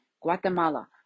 Guatemala